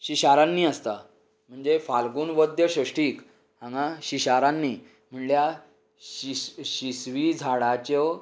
शिश्यांरान्नी आसता म्हणजे फाल्गुन मध्य सश्टीक हांगा शिश्यारान्नीं म्हळ्यार शिश शिशवी झाडांच्यो